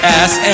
ass